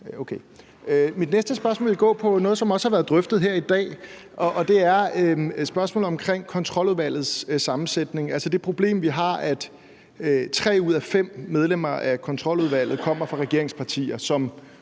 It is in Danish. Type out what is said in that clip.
Mit næste spørgsmål går på noget, som også har været drøftet her i dag, og det er et spørgsmål om Kontroludvalgets sammensætning, altså det problem, vi har med, at 3 ud af 5 medlemmer af Kontroludvalget kommer fra regeringspartier,